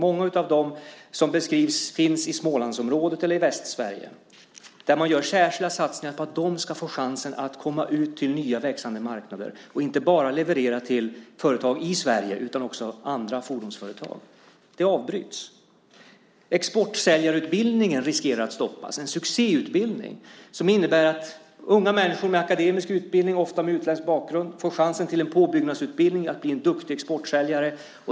Många av dem som beskrivs finns i Smålandsområdet eller i Västsverige. Där görs särskilda satsningar för att de ska få chansen att komma ut till nya växande marknader och inte bara leverera till företag i Sverige utan också andra fordonsföretag. Detta avbryts. Exportsäljarutbildningen riskerar att stoppas. Det är en succéutbildning som innebär att unga människor med akademisk utbildning, ofta med utländsk bakgrund, får chansen till en påbyggnadsutbildning och att bli duktiga exportsäljare.